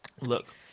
look